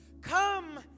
come